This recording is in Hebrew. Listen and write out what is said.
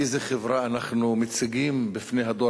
איזה חברה אנחנו מציגים בפני הדור